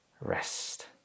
rest